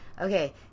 Okay